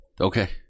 Okay